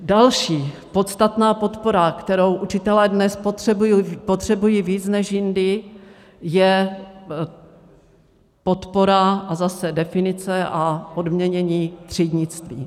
Další podstatná podpora, kterou učitelé dnes potřebují víc než jindy, je podpora a zase definice a odměnění třídnictví.